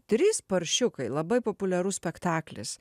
trys paršiukai labai populiarus spektaklis